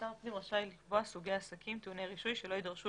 שר הפנים רשאי לקבוע סוגי עסקים טעוני רישוי שלא יידרשו